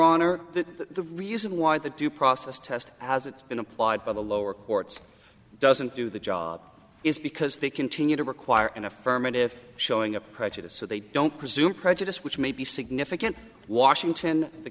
that the reason why the due process test as it's been applied by the lower courts doesn't do the job is because they continue to require an affirmative showing a prejudice so they don't presume prejudice which may be significant washington the